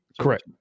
Correct